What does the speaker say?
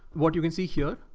what you can see here.